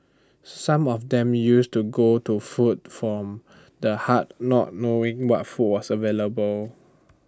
some of them used to go to food from the heart not knowing what food was available